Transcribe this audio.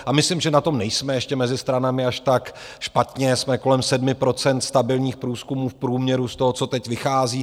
A myslím, že na tom nejsme ještě mezi stranami až tak špatně, jsme kolem 7 % stabilních průzkumů v průměru z toho, co teď vychází.